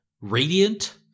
Radiant